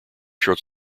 short